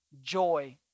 joy